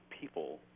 people